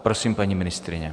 Prosím, paní ministryně.